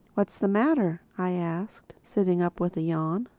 what's the matter? i asked sitting up with a yawn.